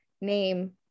name